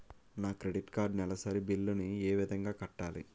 నా credit card నెలసరి bill ని ఏ విధంగా కట్టాలి?